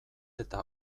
eta